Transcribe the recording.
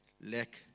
lack